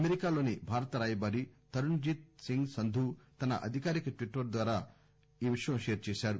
అమెరికాలోని భారత రాయబారి తరణ్ జిత్ సింగ్ సంధూ తన అధికారిక ట్విట్టర్ ద్వారా షేర్ చేశారు